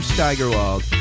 Steigerwald